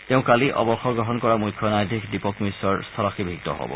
তেওঁ কালি অৱসৰ গ্ৰহণ কৰা মুখ্য ন্যায়াধীশ দীপক মিশ্ৰৰ স্থলাভিষিক্ত হ'ব